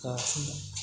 जायाखिसै